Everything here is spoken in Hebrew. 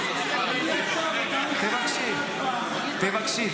תבקשי, תבקשי,